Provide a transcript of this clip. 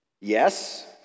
yes